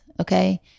okay